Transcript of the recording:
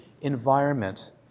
environment